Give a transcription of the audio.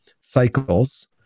cycles